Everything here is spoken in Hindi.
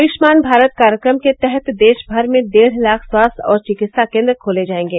आयुष्मान भारत कार्यक्रम के तहत देश भर में डेढ़ लाख स्वास्थ्य और चिकित्सा केन्द्र खोले जाएंगे